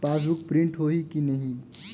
Passbook print होही कि नहीं?